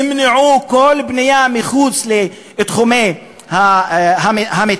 ימנעו כל בנייה מחוץ לתחומי המתאר,